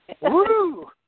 Woo